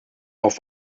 auf